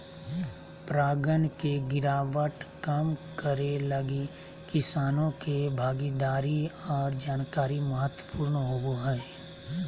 परागण के गिरावट कम करैय लगी किसानों के भागीदारी और जानकारी महत्वपूर्ण होबो हइ